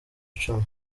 cumi